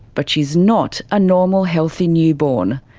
but she is not a normal healthy newborn.